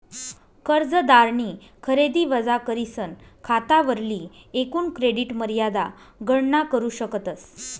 कर्जदारनी खरेदी वजा करीसन खातावरली एकूण क्रेडिट मर्यादा गणना करू शकतस